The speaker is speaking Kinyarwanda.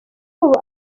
ubu